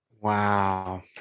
Wow